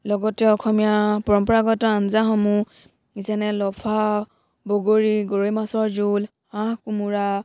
লগতে অসমীয়া পৰম্পৰাগত আঞ্জাসমূহ যেনে লফা বগৰী গৰৈ মাছৰ জোল হাঁহ কোমোৰা